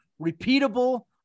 repeatable